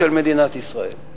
של מדינת ישראל.